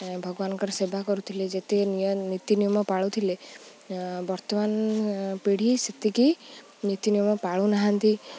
ଭଗବାନଙ୍କର ସେବା କରୁଥିଲେ ଯେତିକି ନିୟ ନୀତି ନିିୟମ ପାଳୁଥିଲେ ବର୍ତ୍ତମାନ ପିଢ଼ି ସେତିକି ନୀତି ନିିୟମ ପାଳୁନାହାନ୍ତି